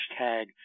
hashtag